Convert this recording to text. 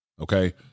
okay